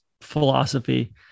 philosophy